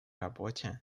работе